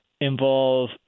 involve